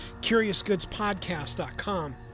CuriousGoodsPodcast.com